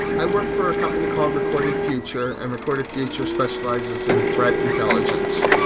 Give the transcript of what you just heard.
i work for a company called recorded future, and recorded future specializes in threat intelligence.